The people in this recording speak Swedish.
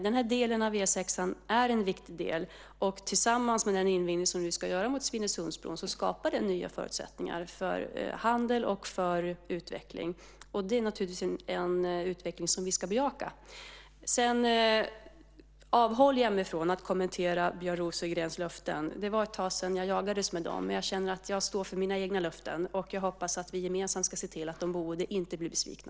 Den här delen av E 6:an är en viktig del, och tillsammans med den invigning vi nu har framför oss av Svinesundsbron skapar den nya förutsättningar för handel och för utveckling. Det är naturligtvis en utveckling som vi ska bejaka. Sedan avhåller jag mig från att kommentera Björn Rosengrens löften. Det var ett tag sedan jag jagades av dem. Men jag känner att jag står för mina egna löften, och jag hoppas att vi gemensamt ska se till att de boende inte blir besvikna.